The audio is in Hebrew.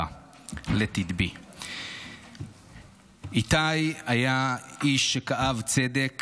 Let It Be. איתי היה איש שאהב צדק,